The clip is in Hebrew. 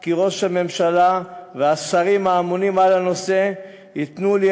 כי ראש הממשלה והשרים האמונים על הנושא ייתנו לי